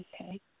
Okay